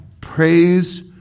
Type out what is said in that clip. Praise